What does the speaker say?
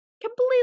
completely